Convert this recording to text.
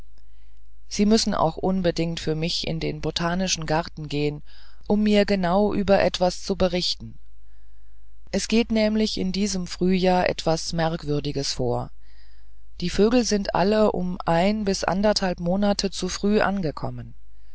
sie müssen auch unbedingt für mich in den botanischen garten gehen um mir genau über etwas zu berichten es geht nämlich in diesem frühjahr etwas merkwürdiges vor die vögel sind alle um monate zu früh angekommen